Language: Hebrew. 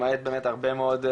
למעט באמת הרבה מאוד,